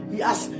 yes